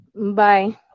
bye